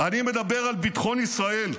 אני מדבר על ביטחון ישראל.